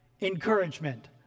encouragement